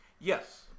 Yes